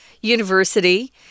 University